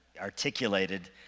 articulated